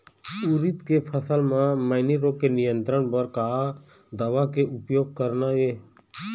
उरीद के फसल म मैनी रोग के नियंत्रण बर का दवा के उपयोग करना ये?